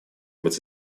быть